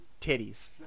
titties